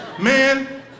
man